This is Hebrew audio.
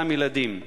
מחציתם ילדים.